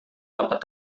dapat